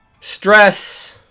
stress